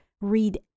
read